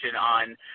on